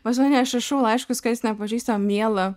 pas mane aš rašau laiškus kas nepažįsta miela